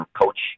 coach